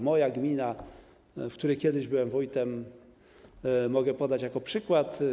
Moją gminę, w której kiedyś byłem wójtem, mogę podać jako przykład.